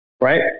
Right